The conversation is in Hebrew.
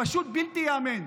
פשוט בלתי ייאמן.